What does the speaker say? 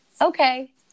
okay